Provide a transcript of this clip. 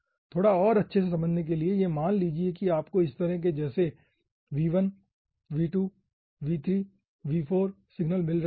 थोड़ा और अच्छे से समझने के लिए यह मान लीजिए कि आपको इस तरह के जैसे v1 v2 v3 v4 signal मिल रहे हैं